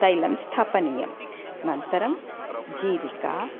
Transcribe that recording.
तैलं स्थापनीयं अनन्तरं जीरिका